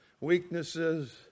weaknesses